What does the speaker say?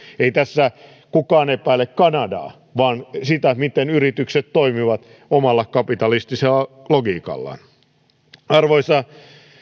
ei tässä kukaan epäile kanadaa vaan sitä miten yritykset toimivat omalla kapitalistisella logiikallaan arvoisa